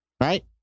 Right